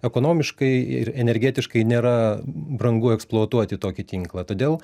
ekonomiškai ir energetiškai nėra brangu eksploatuoti tokį tinklą todėl